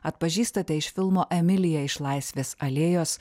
atpažįstate iš filmo emilija iš laisvės alėjos